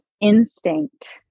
instinct